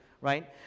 right